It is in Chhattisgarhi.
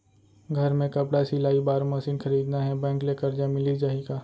घर मे कपड़ा सिलाई बार मशीन खरीदना हे बैंक ले करजा मिलिस जाही का?